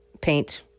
paint